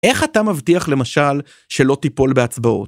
איך אתה מבטיח למשל שלא תיפול בהצבעות?